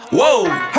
Whoa